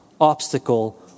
obstacle